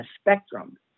spectrum